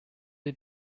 wir